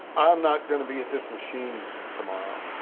i'm not going to be at this machine tomorrow.